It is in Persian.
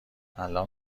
الان